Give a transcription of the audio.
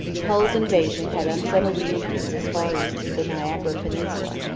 hull's invasion had unsettled the indians as far east as the niagara peninsula,